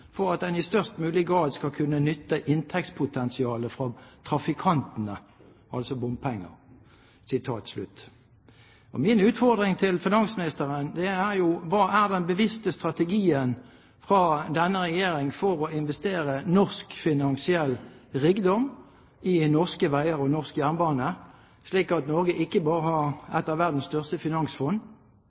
for at ein i størst mogleg grad skal kunna nytta inntektspotensialet frå trafikantane» – altså bompenger. Min utfordring til finansministeren er: Hva er den bevisste strategien til denne regjering for å investere norsk finansiell rikdom i norske veier og norsk jernbane, slik at Norge ikke bare har et av verdens største finansfond,